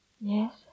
Yes